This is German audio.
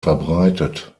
verbreitet